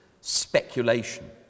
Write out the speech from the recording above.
speculation